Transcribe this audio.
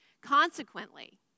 Consequently